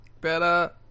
better